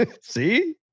see